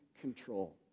control